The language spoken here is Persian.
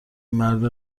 مرد